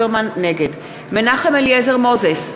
מנחם אליעזר מוזס,